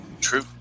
True